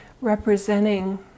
representing